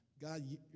God